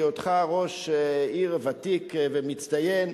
בהיותך ראש עיר ותיק ומצטיין,